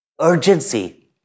urgency